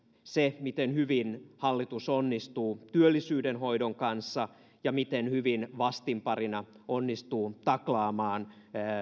se miten hyvin hallitus onnistuu työllisyyden hoidon kanssa ja miten hyvin vastinparina onnistuu taklaamaan